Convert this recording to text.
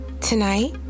Tonight